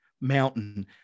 mountain